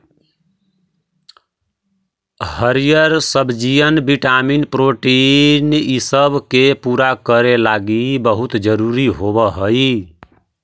हरीअर सब्जियन vitamin protein ईसब के पूरा करे लागी बहुत जरूरी होब हई